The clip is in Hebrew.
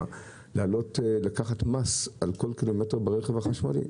להעלות מס על כל קילומטר ברכב החשמלי.